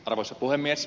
arvoisa puhemies